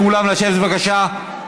כולם לשבת, בבקשה.